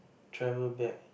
travel back